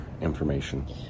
information